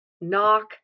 knock